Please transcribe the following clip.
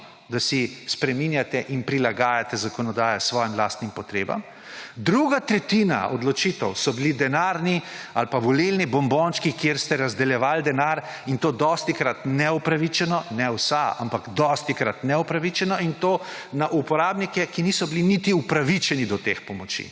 da spreminjate in prilagajate zakonodajo svojim lastnim potrebam. Druga tretjina odločitev so bili denarni ali pa volilni bombončki, kjer ste razdeljevali denar, in to dostikrat neupravičeno, ne vsa, ampak dostikrat neupravičeno, in to na uporabnike, ki niso bili niti upravičeni do teh pomoči.